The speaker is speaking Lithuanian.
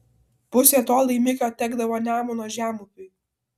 pusė to laimikio tekdavo nemuno žemupiui